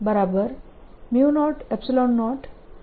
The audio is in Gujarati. અને તેથી મને 2E002Et2 સમીકરણ મળે છે